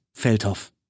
Feldhof